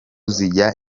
zijya